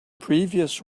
previous